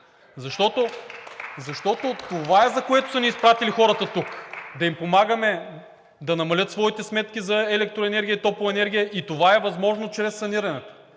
защото това е, за което са ни изпратили хората тук. Да им помагаме да намалят своите сметки за електроенергия и топлоенергия и това е възможно чрез санирането.